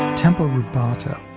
tempo rubato,